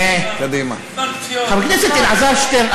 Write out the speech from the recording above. חבר הכנסת אלעזר שטרן,